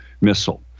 missile